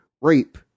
rape